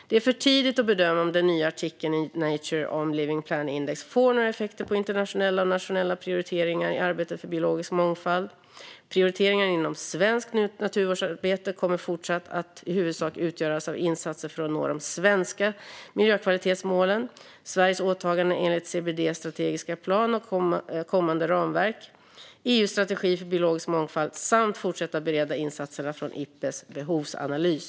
Det är för tidigt att bedöma om den nya artikeln i Nature om living planet index får några effekter på internationella och nationella prioriteringar i arbetet för biologisk mångfald. Prioriteringarna inom svenskt naturvårdsarbete kommer fortsatt att i huvudsak utgöras av insatser för att nå de svenska miljökvalitetsmålen, Sveriges åtaganden enligt CBD:s strategiska plan och kommande ramverk och EU:s strategi för biologisk mångfald samt av insatser för att fortsätta bereda slutsatserna från Ipbes behovsanalys.